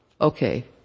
okay